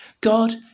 God